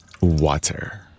water